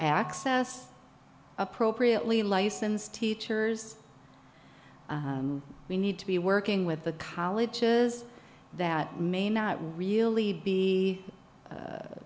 access appropriately licensed teachers we need to be working with the colleges that may not really